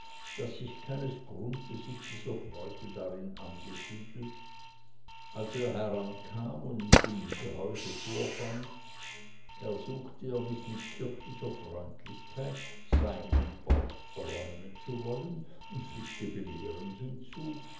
das sich keines grundbesitzes erfreute darin angesiedelt als er herankam und mich in dem gehäuse vorfand ersuchte er mich mit kirchlicher freundlichkeit seinen ort räumen zu wollen und fügte belehrend hinzu